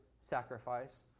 sacrifice